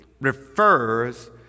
refers